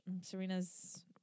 Serena's